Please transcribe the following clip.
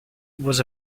was